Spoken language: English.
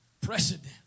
Precedent